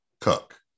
Cook